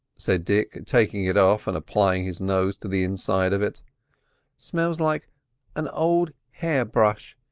said dick, taking it off and applying his nose to the inside of it smells like an old hair brush.